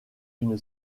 une